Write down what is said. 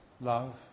love